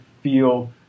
feel